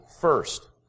first